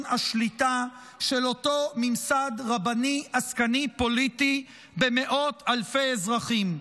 השליטה של אותו ממסד רבני עסקני פוליטי במאות אלפי אזרחים.